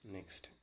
Next